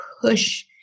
push